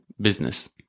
business